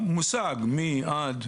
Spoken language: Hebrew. מושג, מ- עד.